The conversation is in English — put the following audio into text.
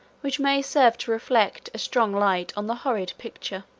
which may serve to reflect a strong light on the horrid picture.